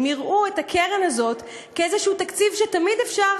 אם יראו את הקרן הזאת כאיזשהו תקציב שתמיד אפשר